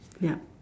yup